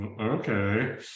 okay